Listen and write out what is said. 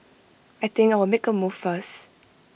I think I'll make A move first